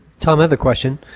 tom. i have a question.